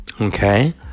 Okay